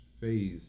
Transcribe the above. phase